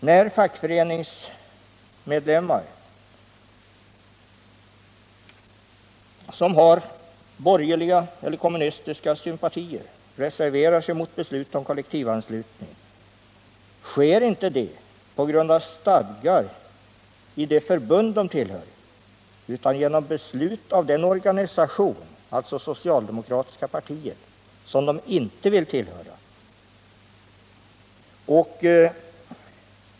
När fackföreningsmedlemmar som har borgerliga eller kommunistiska sympatier reserverar sig mot beslut om kollektivanslutning, sker detta inte på grund av stadgar i det förbund de tillhör utan genom beslut av den organisation, dvs. det socialdemokratiska partiet, som de inte vill tillhöra.